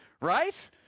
right